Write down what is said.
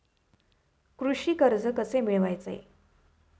कृषी कर्ज कसे मिळवायचे?